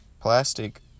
plastic